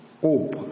hope